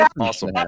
Awesome